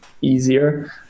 easier